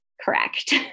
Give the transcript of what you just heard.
correct